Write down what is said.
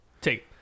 Take